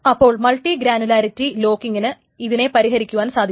അപ്പോൾ multi granularity ലോക്കിങ്ങിന് ഇതിനെ പരിഹരിക്കുവാൻ സാധിക്കും